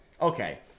Okay